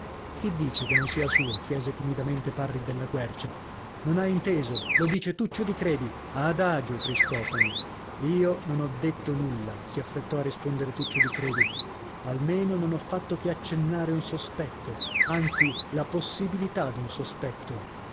chi dice che non sia suo chiese timidamente parri della quercia non hai inteso lo dice tuccio di credi adagio cristofano io non ho detto nulla si affrettò a rispondere tuccio di credi almeno non ho fatto che accennare un sospetto anzi la possibilità d'un sospetto